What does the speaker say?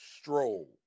stroll